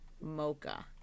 mocha